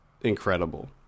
incredible